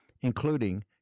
including